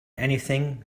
anything